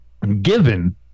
Given